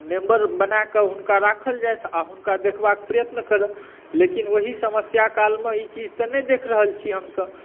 member बनाके हुनका राखल जाय आ हुनका देखबाक प्रयत्न करय लेकिन ओहि समस्या कालमे ई चीज़ तऽ नहि देख रहल छी हम सभ